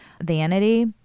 vanity